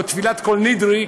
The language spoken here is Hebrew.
או תפילת "כל נדרי",